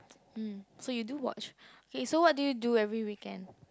mm so you do watch okay so what do you do every weekend